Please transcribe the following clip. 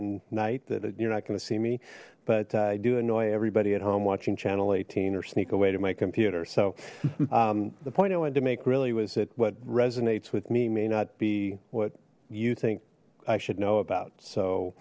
and night that you're not going to see me but i do annoy everybody at home watching channel eighteen or sneaked away to my computer so the point i wanted to make really was it what resonates with me may not be what you think i should know about so